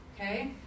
okay